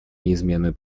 неизменную